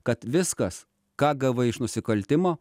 kad viskas ką gavai iš nusikaltimo